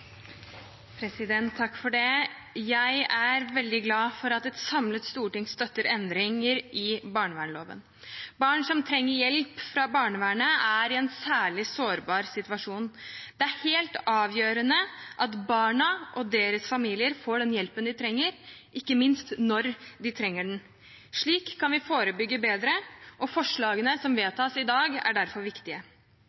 Takk for det. Jeg er veldig glad for at et samlet storting støtter endringer i barnevernsloven. Barn som trenger hjelp fra barnevernet, er i en særlig sårbar situasjon. Det er helt avgjørende at barna og familien deres får den hjelpen de trenger, ikke minst når de trenger den. Slik kan vi forebygge bedre, og forslagene som